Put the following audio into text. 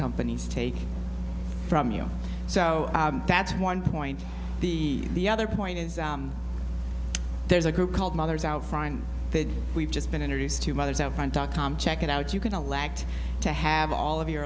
companies take from you so that's one point the the other point is there's a group called mothers out find that we've just been introduced to mothers outfront dot com check it out you can elect to have all of your